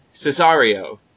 Cesario